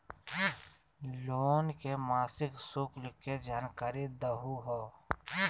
Loan के मासिक शुल्क के जानकारी दहु हो?